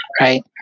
right